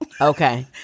Okay